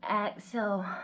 Exhale